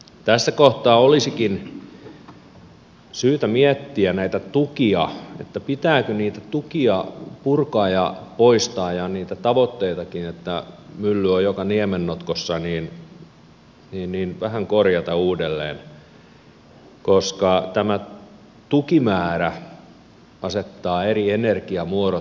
tässä kohtaa olisikin syytä miettiä näitä tukia että pitääkö niitä tukia purkaa ja poistaa ja niitä tavoitteitakin että mylly on joka niemennotkossa vähän korjata uudelleen koska tämä tukimäärä asettaa eri energiamuodot eriarvoiseen asemaan